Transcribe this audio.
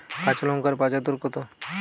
কাঁচা লঙ্কার বাজার দর কত?